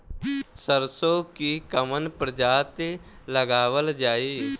सरसो की कवन प्रजाति लगावल जाई?